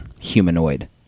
humanoid